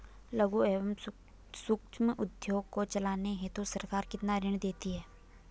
लघु एवं सूक्ष्म उद्योग को चलाने हेतु सरकार कितना ऋण देती है?